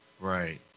Right